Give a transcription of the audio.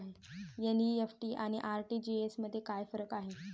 NEFT आणि RTGS मध्ये काय फरक आहे?